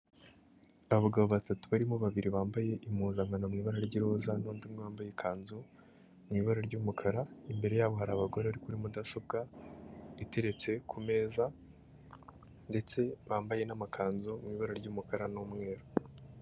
Abagabo batatu barimo babiri bambaye impunzankano mu ibara ry'iroza, n'undi wambaye ikanzu mu ibara ry'umukara, imbere yabo hari abagore bari kuri mudasobwa iteretse ku meza ndetse bambaye n'amakanzu mu ibara ry'umukara n'umweru.